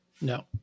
No